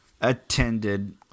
attended